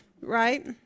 right